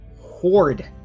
Horde